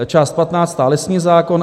Část patnáctá lesní zákon.